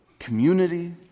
community